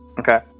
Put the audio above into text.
Okay